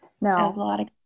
No